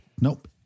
Nope